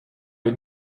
you